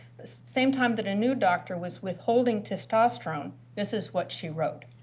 the same time that a new doctor was withholding testosterone, this is what she wrote.